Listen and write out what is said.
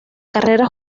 carrera